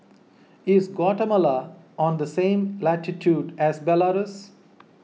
is Guatemala on the same latitude as Belarus